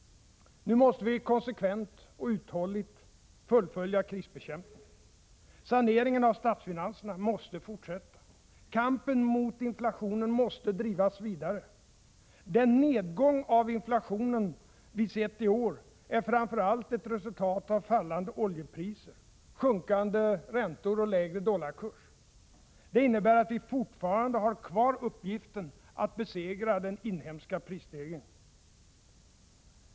Nu måste vi konsekvent och uthålligt fullfölja krisbekämpningen. Saneringen av statsfinanserna måste fortsätta. Kampen mot inflationen måste drivas vidare. Den nedgång av inflationen vi sett i år är framför allt ett resultat av fallande oljepriser, sjunkande räntor och lägre dollarkurs. Det innebär att vi fortfarande har kvar uppgiften att besegra den inhemska prisstegringen.